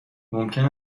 ممکن